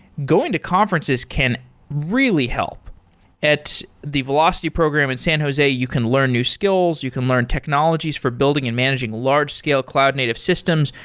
going to conferences can really help at the velocity program in san jose, you can learn new skills, you can learn technologies for building and managing large-scale cloud native systems,